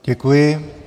Děkuji.